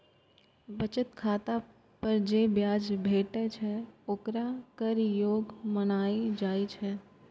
बचत खाता पर जे ब्याज भेटै छै, ओकरा कर योग्य मानल जाइ छै